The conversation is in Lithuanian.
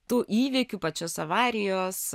tų įvykių pačios avarijos